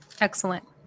Excellent